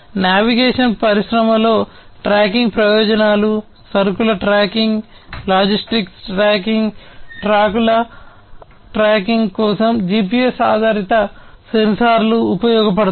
navigation పరిశ్రమలో tracking ప్రయోజనాలు సరుకుల ట్రాకింగ్ లాజిస్టిక్స్ ట్రాకింగ్ ట్రక్కుల ట్రాకింగ్ కోసం జిపిఎస్ ఆధారిత సెన్సార్లు ఉపయోగపడతాయి